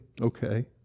okay